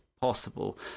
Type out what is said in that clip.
possible